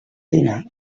dinar